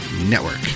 Network